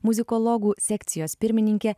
muzikologų sekcijos pirmininkė